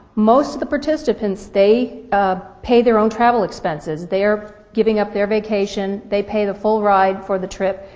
most of the participants, they ah pay their own travel expenses. they're giving up their vacation, they pay the full ride for the trip,